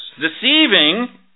deceiving